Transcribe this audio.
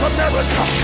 America